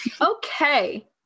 Okay